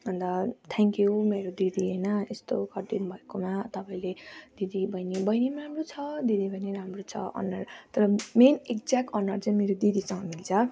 अन्त thank you मेरो दिदी होइन यस्तो गरिदिनुभएकोमा तपाईँले दिदीबहिनी बहिनी पनि राम्रो छ दिदी पनि राम्रो छ अनुहार तर मेन एक्ज्याक्ट अनुहार चाहिँ मेरो दिदीसँग मिल्छ